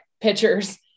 pitchers